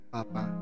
Papa